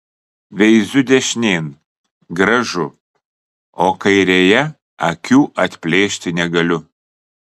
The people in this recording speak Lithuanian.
veiziu dešinėn gražu o kairėje akių atplėšti negaliu